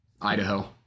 Idaho